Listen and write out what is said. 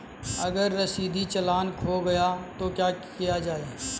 अगर रसीदी चालान खो गया तो क्या किया जाए?